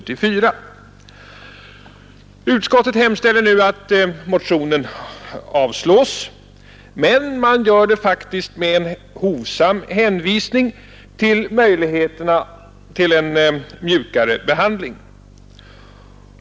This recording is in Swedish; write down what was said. Utskottet hemställer nu att motionen avslås, men man gör det faktiskt med en hovsam hänvisning till möjligheterna till en mjukare behandling.